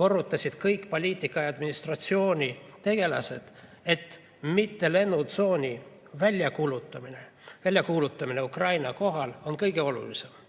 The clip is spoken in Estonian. korrutasid kõik poliitika- ja administratsioonitegelased, et mittelennutsooni väljakuulutamine Ukraina kohal on kõige olulisem.